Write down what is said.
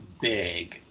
big